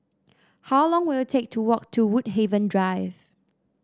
how long will it take to walk to Woodhaven Drive